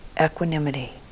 equanimity